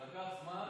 זה לקח זמן,